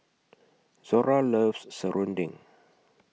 Zora loves Serunding